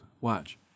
—watch